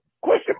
Question